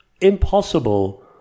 impossible